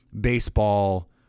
baseball